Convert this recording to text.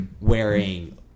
wearing